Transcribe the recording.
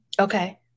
Okay